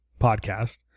podcast